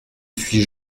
suis